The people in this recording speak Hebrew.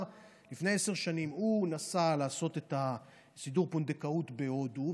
אמר שלפני עשר שנים הוא נסע לעשות את סידור הפונדקאות בהודו,